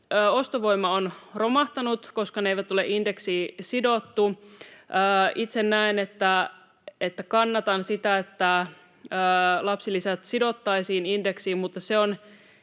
ostovoima on romahtanut, koska ne eivät ole indeksiin sidottuja. Itse kannatan sitä, että lapsilisät sidottaisiin indeksiin, mutta se on